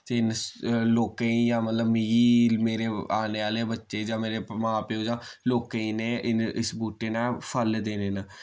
ते इन लोकें ई जां मतलब मिगी मेरे आने आह्ले बच्चे जां मेरे मां प्यो जां लोकेंई इ'नै इन इस बूह्टे नै फल देने न